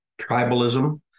tribalism